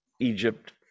Egypt